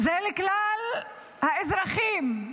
זה לכלל האזרחים,